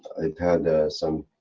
i've had some.